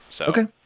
Okay